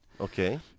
Okay